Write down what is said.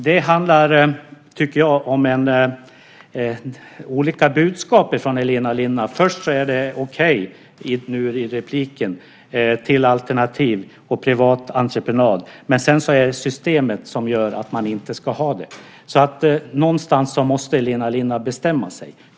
Det handlar, tycker jag, om olika budskap från Elina Linna. Först är det okej nu i repliken till alternativ och privat entreprenad, men sedan är det systemet som gör att man inte ska ha det. Någonstans måste Elina Linna bestämma sig.